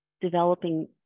developing